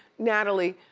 natalie,